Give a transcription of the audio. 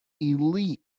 elite